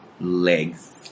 Legs